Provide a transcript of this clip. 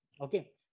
Okay